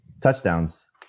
touchdowns